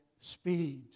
speeds